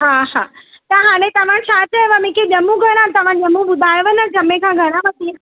हा हा त हाणे तव्हां छा चयव मूंखे ॼमूं घणा तव्हां ॼमूं ॿुधायव न ॼमे खां घणा वठी